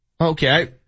Okay